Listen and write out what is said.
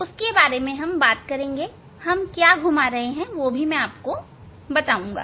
उसके बारे में हम बात करेंगे हम क्या घुमा रहे हैं वह भी मैं बताऊंगा